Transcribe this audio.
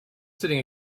sitting